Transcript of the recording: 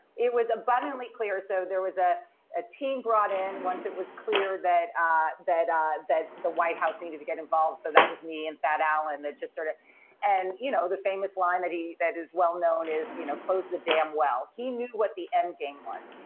it was abundantly clear. so there was a a team brought in once it was clear that ah that um that the white house needed to get involved. so that was me and thad allen that just started. sort of and you know the famous line that he that is well known is you know close the damn well. he knew what the end game was,